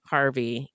Harvey